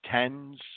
Tens